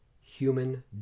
human